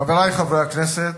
חברי חברי הכנסת,